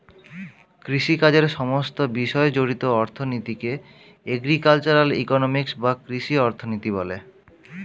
কৃষিকাজের সমস্ত বিষয় জড়িত অর্থনীতিকে এগ্রিকালচারাল ইকোনমিক্স বা কৃষি অর্থনীতি বলে